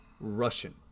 Russian